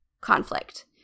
conflict